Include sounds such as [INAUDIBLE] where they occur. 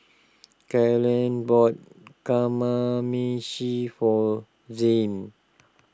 [NOISE] Carlene bought Kamameshi for Zain